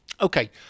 okay